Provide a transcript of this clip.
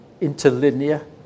interlinear